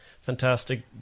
fantastic